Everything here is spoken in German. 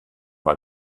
mal